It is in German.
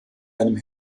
einem